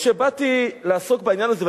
כשבאתי לעסוק בעניין הזה,